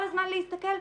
כל הזמן להסתכל,